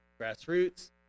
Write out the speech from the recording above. Grassroots